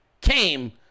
came